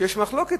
שיש מחלוקת,